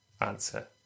answer